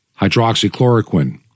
hydroxychloroquine